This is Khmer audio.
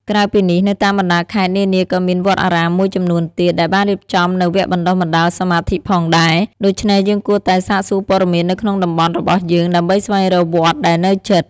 ក្រៅពីនេះ នៅតាមបណ្តាខេត្តនានាក៏មាន វត្តអារាមមួយចំនួនទៀត ដែលបានរៀបចំនូវវគ្គបណ្តុះបណ្តាលសមាធិផងដែរ ដូច្នេះយើងគួរតែសាកសួរព័ត៌មាននៅក្នុងតំបន់របស់យើងដើម្បីស្វែងរកវត្តដែលនៅជិត។